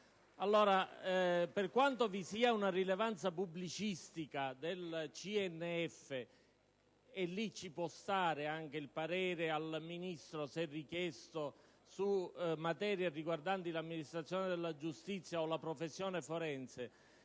Per quanto vi sia una rilevanza pubblicistica del CNF (ci può stare ad esempio il parere al Ministro, se richiesto, su materie riguardanti l'amministrazione della giustizia o la professione forense